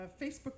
Facebook